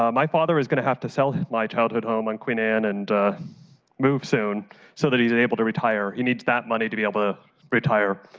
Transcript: um my father is going to have to sell my childhood home on queen anne and move soon so that he's able to retire. he needs that money to be able to retir.